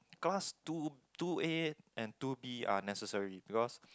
class two two A and two B are necessary because